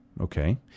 Okay